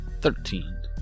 Thirteen